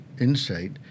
insight